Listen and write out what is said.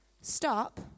stop